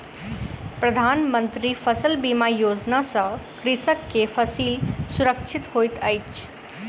प्रधान मंत्री फसल बीमा योजना सॅ कृषक के फसिल सुरक्षित होइत अछि